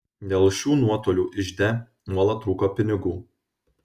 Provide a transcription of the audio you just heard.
dėl šių nuotolių ižde nuolat trūko pinigų